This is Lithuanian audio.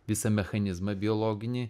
visą mechanizmą biologinį